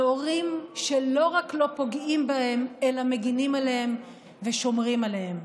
להורים שלא רק לא פוגעים בהם אלא מגינים עליהם ושומרים עליהם.